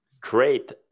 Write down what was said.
Great